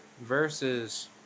versus